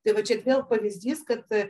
tai va čiat vėl pavyzdys kad